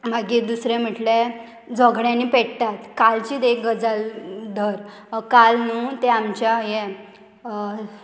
मागीर दुसरें म्हटल्यार झगड्यांनी पेट्टात कालचीत एक गजाल धर काल न्हू ते आमच्या हें